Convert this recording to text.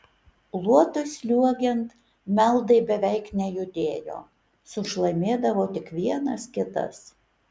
luotui sliuogiant meldai beveik nejudėjo sušlamėdavo tik vienas kitas